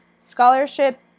Scholarship